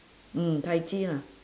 mm tai chi lah